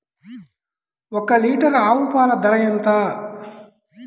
ఒక్క లీటర్ ఆవు పాల ధర ఎంత?